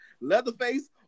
Leatherface